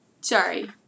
Sorry